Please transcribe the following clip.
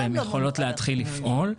הן יכולות להתחיל לפעול.